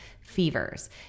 fevers